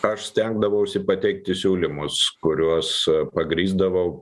aš stengdavausi pateikti siūlymus kuriuos pagrįsdavau